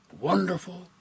wonderful